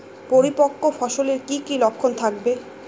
পরিপক্ক ফসলের কি কি লক্ষণ থাকবে?